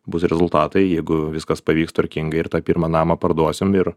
bus rezultatai jeigu viskas pavyks tvarkingai ir tą pirmą namą parduosim ir